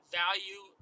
value